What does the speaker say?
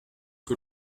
que